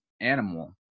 animal